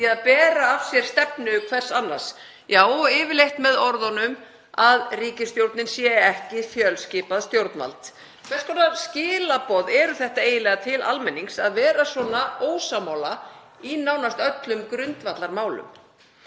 að bera af sér stefnu hver annars. Já, og yfirleitt með orðunum að ríkisstjórnin sé ekki fjölskipað stjórnvald. Hvers konar skilaboð eru það eiginlega til almennings að vera svona ósammála í nánast öllum grundvallarmálum?